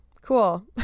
Cool